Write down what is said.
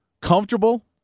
comfortable